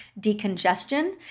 decongestion